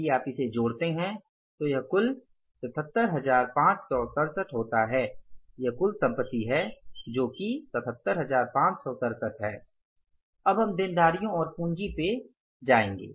यदि आप इसे जोड़ते है तो यह कुल 77567 होता है यह कुल संपत्ति है जो 77567 है अब हम देनदारियों और पूंजी पर आ जाएंगे